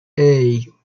hey